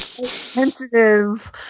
Sensitive